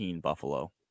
Buffalo